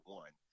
one